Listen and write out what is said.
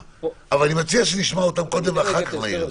אבל אני מציע שנשמע אותם קודם ואחר כך נעיר על זה.